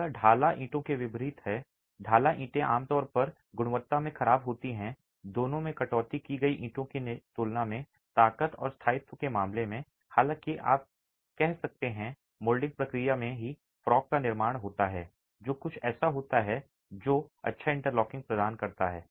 यह ढाला ईंटों के विपरीत है ढाला ईंटें आमतौर पर गुणवत्ता में खराब होती हैं दोनों में कटौती की गई ईंटों की तुलना में ताकत और स्थायित्व के मामले में हालाँकि आप कर सकते हैं मोल्डिंग प्रक्रिया में ही frog का निर्माण होता है जो कुछ ऐसा होता है जो अच्छा इंटरलॉकिंग प्रदान करता है